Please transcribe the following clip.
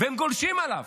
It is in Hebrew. והם גולשים עליו,